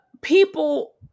people